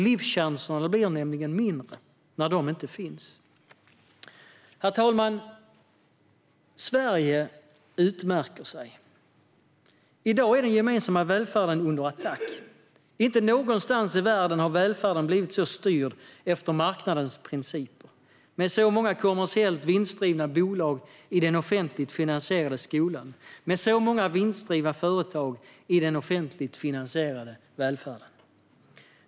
Livschanserna blir nämligen mindre när de inte finns. Herr talman! Sverige utmärker sig. I dag är den gemensamma välfärden under attack. Inte någonstans i världen har välfärden blivit så styrd efter marknadens principer med så många kommersiellt vinstdrivna bolag i den offentligt finansierade skolan och med så många vinstdrivna företag i den offentligt finansierade välfärden.